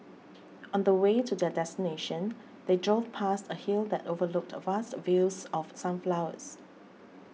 on the way to their destination they drove past a hill that overlooked a vast fields of sunflowers